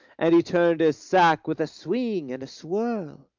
and he turned his sack with a swing and a swirl.